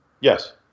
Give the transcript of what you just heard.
Yes